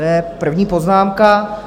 To je první poznámka.